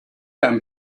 them